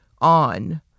on